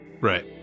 Right